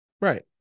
Right